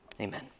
amen